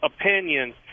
opinion –